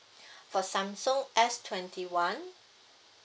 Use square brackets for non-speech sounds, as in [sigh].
[breath] for Samsung S twenty one